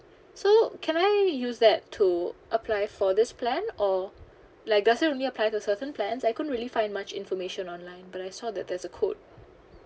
so can I use that to apply for this plan or like does it only apply to certain plans I couldn't really find much information online but I saw that there's a code